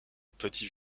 petit